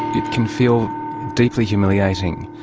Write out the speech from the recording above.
it can feel deeply humiliating,